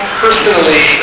personally